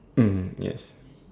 mm yes